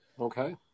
Okay